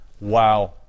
Wow